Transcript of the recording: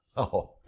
oh,